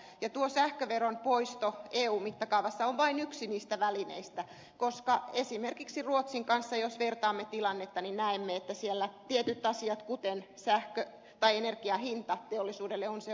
ja tuo sähköveron poisto eu mittakaavassa on vain yksi niistä välineistä koska esimerkiksi jos ruotsin kanssa vertaamme tilannetta niin näemme että siellä tietyt asiat kuten energian hinta teollisuudelle ovat se mikä ratkaisee